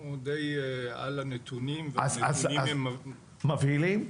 אנחנו די על הנתונים והנתונים הם מבהילים.